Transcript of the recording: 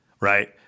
right